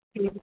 ਠੀਕ ਹੈ